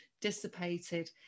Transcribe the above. dissipated